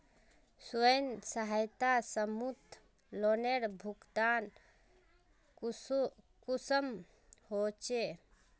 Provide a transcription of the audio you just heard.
स्वयं सहायता समूहत लोनेर भुगतान कुंसम होचे?